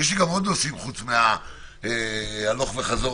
יש לי עוד נושאים חוץ מהלוך וחזור